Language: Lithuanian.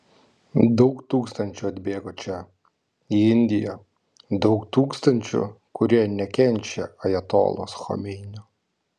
daug tūkstančių atbėgo čia į indiją daug tūkstančių kurie nekenčia ajatolos chomeinio